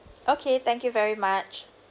okay thank you very much